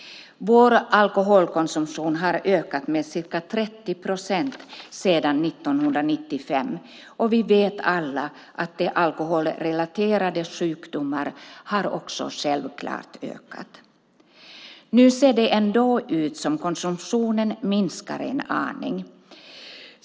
Vår alkoholkonsumtion har ökat med ca 30 procent sedan 1995, och vi vet alla att de alkoholrelaterade sjukdomarna självklart också har ökat. Nu ser det ändå ut som om konsumtionen minskar en aning.